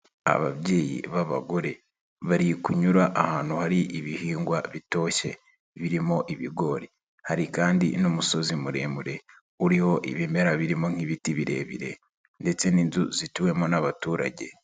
Ababyeyi b'abagore bari kunyura ahantu hari ibihingwa bitoshye birimo ibigori, hari kandi n'umusozi muremure uriho ibimera birimo nk'ibiti birebire ndetse n'inzu zituwemo n'abaturage.